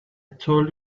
told